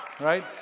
right